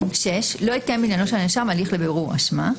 לא התקיים בעניינו של הנאשם הלין לבירור אשמה,